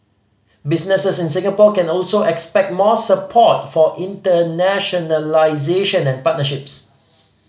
businesses in Singapore can also expect more support for internationalisation and partnerships